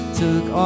took